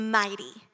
mighty